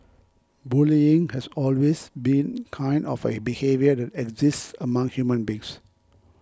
bullying has always been kind of a behaviour that exists among human beings